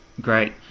great